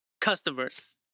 customers